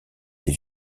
des